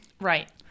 Right